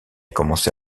commencé